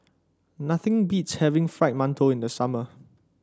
nothing beats having Fried Mantou in the summer